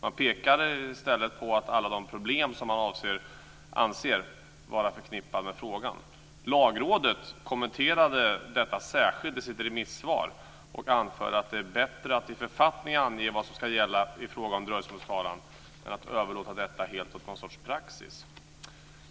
Man pekar i stället på alla de problem som man anser är förknippade med frågan. Lagrådet kommenterade detta särskilt i sitt remissvar och anförde att det är bättre att i författning ange vad som ska gälla i fråga om dröjsmålstalan än att överlåta detta helt åt någon sorts praxis.